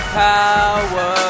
power